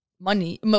money